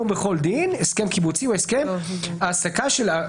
אנחנו בחקיקה חפוזה, לצערי.